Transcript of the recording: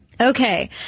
Okay